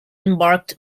embarked